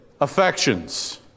affections